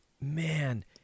Man